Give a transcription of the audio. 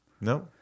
No